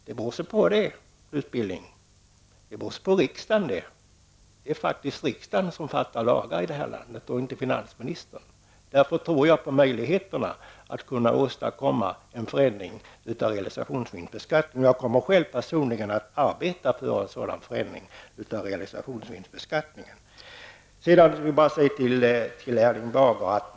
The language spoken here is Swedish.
Men då vill jag säga att det helt beror på riksdagen. Det är faktiskt, Knut Billing, riksdagen som stiftar lagar i det här landet, inte finansministern. Därför tror jag att det finns möjligheter att åstadkomma en förändring av realisationsvinstbeskattningen. Jag kommer personligen att arbeta för en sådan förändring. Sedan vill jag bara säga följande till Erling Bager.